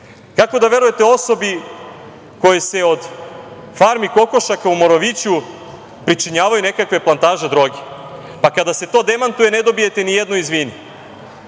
Kako da verujete osobi kojoj se od farmi kokošaka u Moroviću pričinjavaju nekakve plantaže droge, pa kada se to demantuje ne dobijete nijedno – izvini?